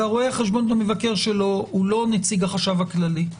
ורואה החשבון והמבקר שלו הוא לא נציג החשב הכללי.